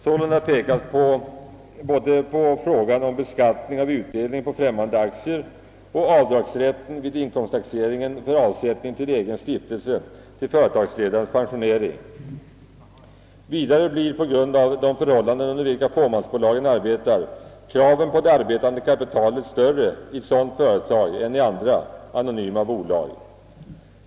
Sålunda pekas både på frågan om beskattning av utdelning på främmande aktier och på avdragsrätten vid inkomsttaxeringen för avsättning till egen stiftelse till företagsledarens pensionering. Vidare blir på grund av de förhållanden, under vilka fåmansbolagen arbetar, kraven på det arbetande kapitalet större i ett sådant företag än i andra, anonyma bolag.